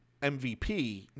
MVP